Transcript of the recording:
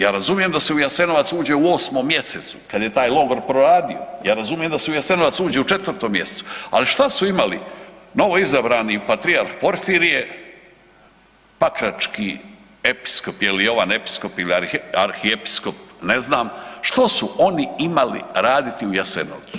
Ja razumijem da se u Jasenovac uđe u 8. mj. kad je taj logor proradio, ja razumijem da se u Jasenovac uđe u 4. mj., ali što su imali novoizabrani patrijarh Porfirije, pakrački episkop, je li ovaj episkop ili arhiepiskop, ne znam, što su oni imali raditi u Jasenovcu?